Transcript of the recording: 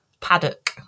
Paddock